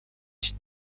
cy’i